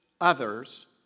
others